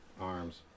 arms